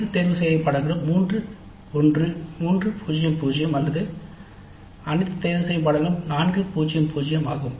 அனைத்து தேர்தல்களும் 3 0 0 அல்லது அனைத்து தேர்தல்களும் 4 0 0 ஆகும்